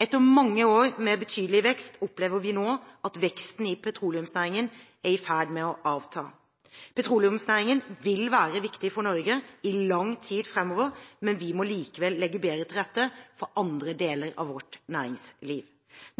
Etter mange år med betydelig vekst opplever vi nå at veksten i petroleumsnæringen er i ferd med å avta. Petroleumsnæringen vil være viktig for Norge i lang tid framover, men vi må likevel legge bedre til rette for andre deler av vårt næringsliv.